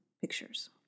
pictures